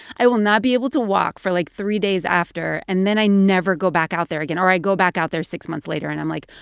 i will not be able to walk for, like, three days after. and then i never go back out there again, or i go back out there six months later, and i'm like,